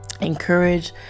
encourage